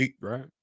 Right